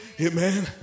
amen